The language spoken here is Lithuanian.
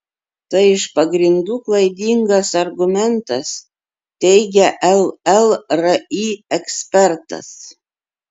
tai iš pagrindų klaidingas argumentas teigia llri ekspertas